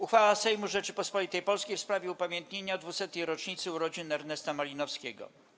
Uchwała Sejmu Rzeczypospolitej Polskiej w sprawie upamiętnienia 200. rocznicy urodzin Ernesta Malinowskiego.